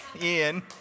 Ian